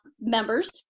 members